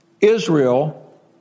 Israel